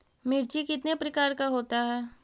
मिर्ची कितने प्रकार का होता है?